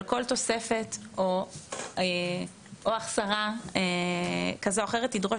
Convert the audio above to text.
כל תוספת או החסרה כזו או אחרת תדרוש